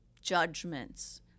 judgments